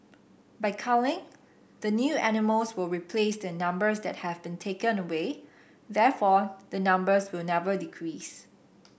by culling the new animals will replace the numbers that have been taken away therefore the numbers will never decrease